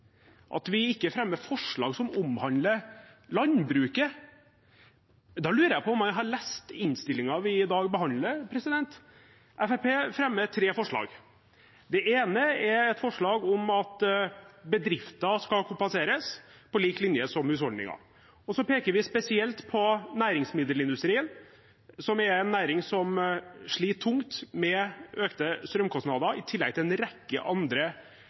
at vi ikke fremmer forslag som omhandler landbruket. Da lurer jeg på om en har lest innstillingen vi i dag behandler. Fremskrittspartiet fremmer tre forslag. Det ene er et forslag om at bedrifter skal kompenseres på lik linje med husholdninger. Så peker vi spesielt på næringsmiddelindustrien, som er en næring som sliter tungt med økte strømkostnader, i tillegg til en rekke andre